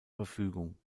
verfügung